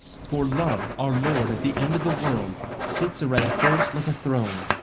for love, our lord, at the end of the world, sits a red horse like a throne,